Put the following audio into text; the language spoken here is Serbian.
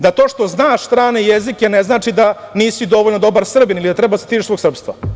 Da to što znaš strane jezike ne znači da nisi dovoljno dobar Srbin ili da treba da se stidiš svog srpstva.